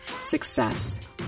success